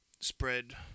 spread